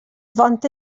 want